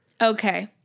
Okay